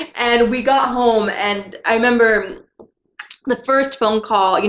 and we got home and i remember the first phone call,